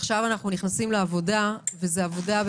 עכשיו אנחנו נכנסים לעבודה משמעותית,